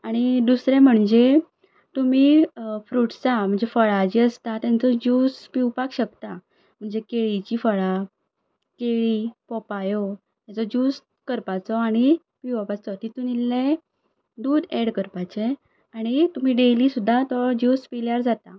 आनी दुसरें म्हणजे तुमी फ्रुट्सां म्हणजे फळां जी आसता तांकां ज्यूस पिवपाक शकता म्हणजे केळीची फळां केळी पोपायो हाज्यो ज्यूस करपाचो आनी पियोपाचो तितून इल्लें दूद एड करपाचें आनी तुमी डेली सुद्दां तो ज्यूस पिल्यार जाता